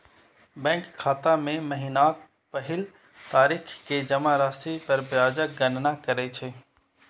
bank खाता मे महीनाक पहिल तारीख कें जमा राशि पर ब्याजक गणना करै छै